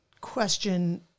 question